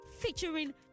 featuring